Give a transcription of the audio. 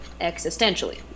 existentially